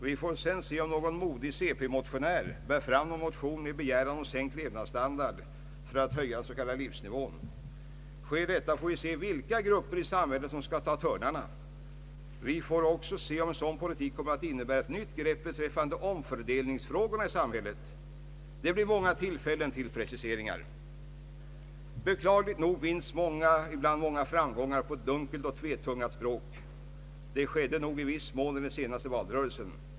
Vi får se om någon modig centerpartimotionär bär fram en motion med begäran om sänkt levnadsstandard för att höja den s.k. livsnivån. Sker detta får vi se vilka grupper i samhället som skall ta törnarna. Vi får också se om en sådan politik kommer att innebära ett nytt grepp beträffande omfördelningsfrågorna i samhället. Det blir många tillfällen till preciseringar. Beklagligt nog vinnes ibland framgångar på ett dunkelt och tvetungat språk. Det skedde nog i den senaste valrörelsen.